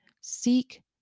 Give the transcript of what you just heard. seek